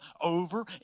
over